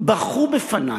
בכו בפני: